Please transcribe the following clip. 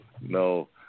no